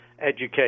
education